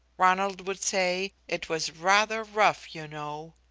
ronald would say it was rather rough, you know.